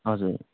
हजुर